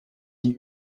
die